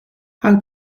how